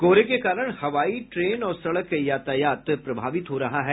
कोहरे के कारण हवाई ट्रेन और सड़क यातायात प्रभावित हो रहा है